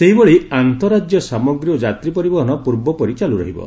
ସେହିଭଳି ଆନ୍ତଃରାକ୍ୟ ସାମଗ୍ରୀ ଓ ଯାତ୍ରୀ ପରିବହନ ପୂର୍ବ ପରି ଚାଲୁ ରହିବ